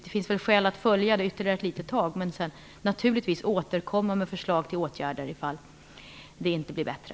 Det finns skäl att följa ärendet ytterligare ett litet tag, men sedan naturligtvis återkomma med förslag till åtgärder om det inte blir bättre.